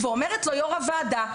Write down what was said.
אומרת לו יו"ר הוועדה,